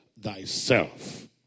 thyself